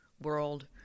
world